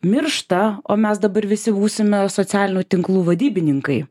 miršta o mes dabar visi būsime socialinių tinklų vadybininkai